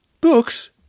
Books